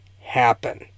happen